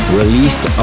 released